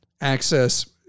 access